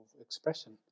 expression